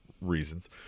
reasons